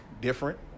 different